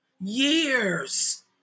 years